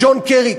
ג'ון קרי,